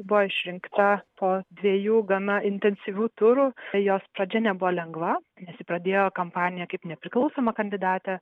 buvo išrinkta po dviejų gana intensyvių turų jos pradžia nebuvo lengva nes ji pradėjo kampaniją kaip nepriklausoma kandidatė